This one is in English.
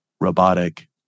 robotic